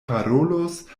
parolos